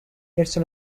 verso